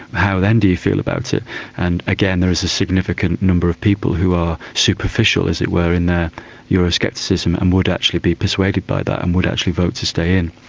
how then do you feel about it and again there is a significant number of people who are superficial, as it were, in their euro-scepticism and would actually be persuaded by that and would actually vote to stay in.